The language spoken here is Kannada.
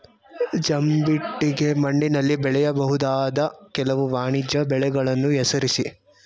ಜಂಬಿಟ್ಟಿಗೆ ಮಣ್ಣಿನಲ್ಲಿ ಬೆಳೆಯಬಹುದಾದ ಕೆಲವು ವಾಣಿಜ್ಯ ಬೆಳೆಗಳನ್ನು ಹೆಸರಿಸಿ?